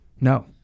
No